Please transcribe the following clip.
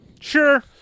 Sure